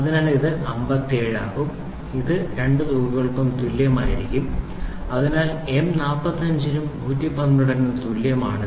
അതിനാൽ ഇത് 57 ആകും ഇത് രണ്ട് തുകകൾക്കും തുല്യമായിരിക്കും അതിനാൽ എം 45 നും എം 112 നും തുല്യമാണ്